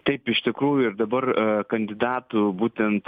taip iš tikrųjų ir dabar kandidatų būtent